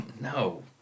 No